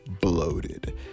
bloated